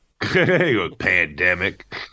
pandemic